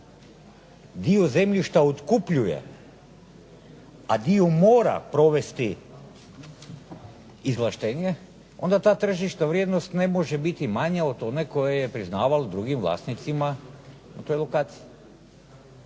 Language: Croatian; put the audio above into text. dio zemljišta otkupljuje, a dio mora provesti izvlaštenje, onda ta tržišna vrijednost ne može biti manja od one koju je priznaval drugim vlasnicima na toj lokaciji,